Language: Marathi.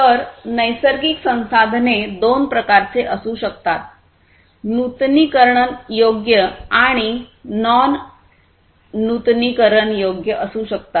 तर नैसर्गिक संसाधने दोन प्रकारचे असू शकतात नूतनीकरणयोग्य आणि नॉन नॉन नूतनीकरणयोग्य असू शकतात